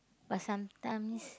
but sometimes